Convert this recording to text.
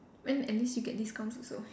then at least you get discounts also